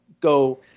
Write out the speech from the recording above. go